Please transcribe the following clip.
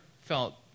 felt